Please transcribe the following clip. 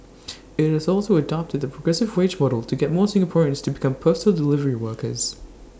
IT has also adopted the progressive wage model to get more Singaporeans to become postal delivery workers